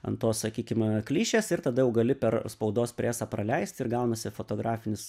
ant tos sakykim klišės ir tada jau gali per spaudos presą praleisti ir gaunasi fotografinis